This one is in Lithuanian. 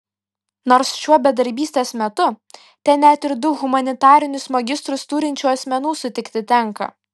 nors šiuo bedarbystės metu ten net ir du humanitarinius magistrus turinčių asmenų sutikti tenka